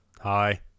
hi